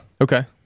Okay